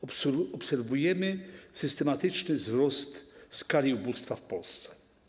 Obserwujemy systematyczny wzrost skali ubóstwa w Polsce.